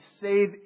save